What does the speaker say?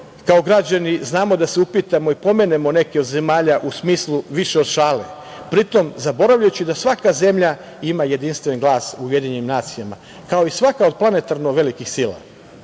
kao građani, znamo da se upitamo i pomenemo neke od zemalja u smislu više od šale, pri tom zaboravljajući da svaka zemlja ima jedinstven glas u UN, kao i svaka od planetarno velikih sila.